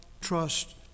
trust